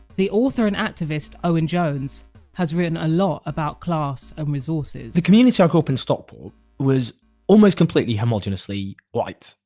the author and activist owen jones has written a lot about class and resources the community i grew up in in stockport was almost completely homogeneously white.